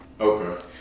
Okay